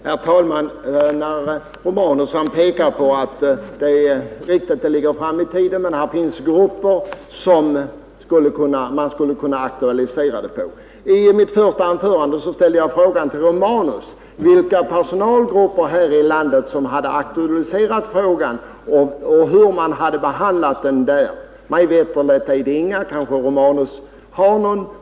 Herr talman! Herr Romanus pekar på att det är riktigt att det ligger fram i tiden men säger att det finns grupper som man skulle kunna aktualisera det för. I mitt första anförande ställde jag frågan till herr Romanus om vilka personalgrupper här i landet som hade aktualiserat frågan och hur man hade behandlat den där. Mig veterligt är det inga personalgrupper som har gjort det. Kanske herr Romanus känner till någon sådan grupp.